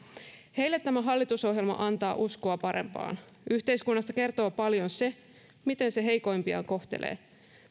heille tämä hallitusohjelma antaa uskoa parempaan yhteiskunnasta kertoo paljon se miten se heikoimpiaan kohtelee